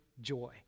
joy